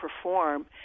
perform